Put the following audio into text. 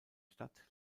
stadt